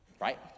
right